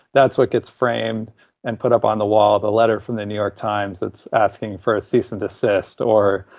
that's what gets framed and put up on the wall the letter from the new york times that's asking for a cease and desist. or,